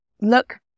look